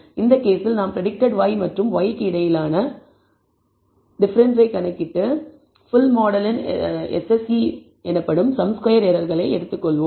இந்த கேஸில் நாம் பிரடிக்டட் y மற்றும் y க்கு இடையிலான டிஃபரெண்ஸ் கணக்கிட்டு ஃபுல் மாடலின் SSE எனப்படும் சம் ஸ்கொயர் எரர்களை எடுத்துக் கொள்வோம்